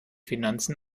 finanzen